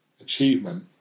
achievement